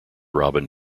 robin